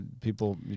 people